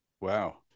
Wow